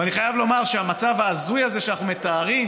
אבל אני חייב לומר שהמצב ההזוי הזה שאנחנו מתארים,